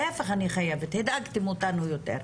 להפך, הדאגתם אותנו יותר,